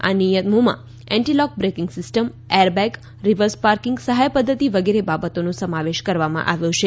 આ નિયમોમાં anti lock braking system airbag reverse parking સહાય પદ્ધતિ વગેરે બાબતોનો સમાવેશ કરવામાં આવ્યો છે